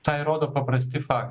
tą įrodo paprasti faktai